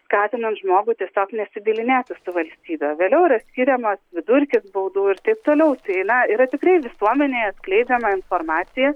skatinant žmogų tiesiog nesibylinėti su valstybe vėliau yra skiriamas vidurkis baudų ir taip toliau tai na yra tikrai visuomenėje atskleidžiama informacija